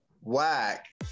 Whack